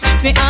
say